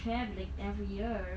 travelling every year